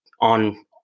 on